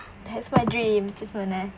that's my dream just wanna